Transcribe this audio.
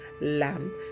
lamb